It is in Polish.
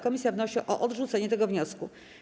Komisja wnosi o odrzucenie tego wniosku.